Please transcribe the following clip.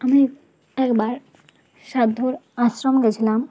আমি একবার সাধ্যর আশ্রম গিয়েছিলাম